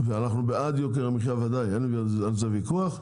ואנחנו בעד יוקר המחיה ודאי, אין על זה ויכוח,